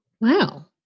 Wow